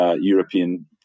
European